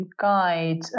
guide